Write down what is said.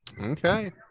Okay